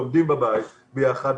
לומדים בבית ביחד.